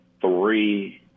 three